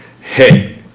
hey